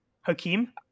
Hakeem